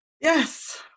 yes